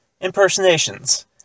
Impersonations